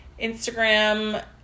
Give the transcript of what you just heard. Instagram